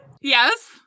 Yes